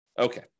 Okay